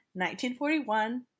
1941